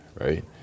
right